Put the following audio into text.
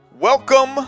Welcome